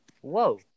Whoa